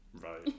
right